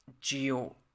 Geo